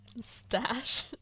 Stash